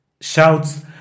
shouts